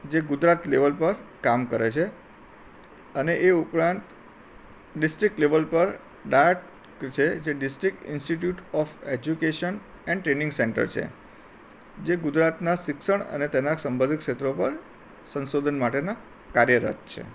જે ગુજરાત લેવલ પર કામ કરે છે અને એ ઉપરાંત ડિસ્ટ્રિક લેવલ પર ડાર્ટ છે જે district institute of education and training centre છે જે ગુજરાતનાં શિક્ષણ અને તેનાં સંબંધિત ક્ષેત્રો પર સંશોધન માટેનાં કાર્યરત છે